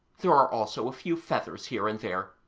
there are also a few feathers here and there,